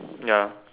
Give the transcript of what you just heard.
no